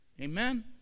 Amen